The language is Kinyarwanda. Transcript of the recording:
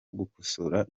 gukosora